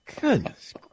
Goodness